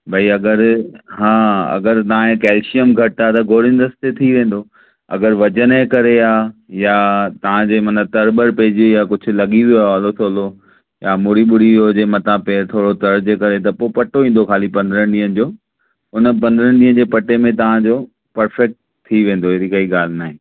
भई अगरि हा अगरि तव्हांखे कैल्शियम घटि आहे त गोरिनि रस्ते थी वेंदो अगरि वज़न जे करे आहे या तव्हांजे मनि तर ॿर पइजी वई आहे कुझु लॻी वियो आहे ओहलो सवलो या मुड़ी ॿुड़ी वियो हुजे मत पैर थोरो तर जे करे त पोइ पटो ईंदो खाली पंद्रहं ॾींहंनि जो हुन पंद्रहं ॾींहंनि जे पटे में तव्हांजो पर्फेक्ट थी वेंदो अहिड़ी काई ॻाल्हि न आहे